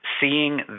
seeing